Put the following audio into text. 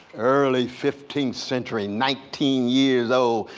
early fifteenth century, nineteen years old,